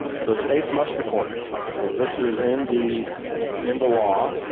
so states must report so this is in the in the law.